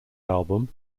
album